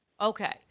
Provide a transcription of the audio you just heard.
Okay